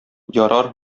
ярар